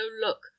look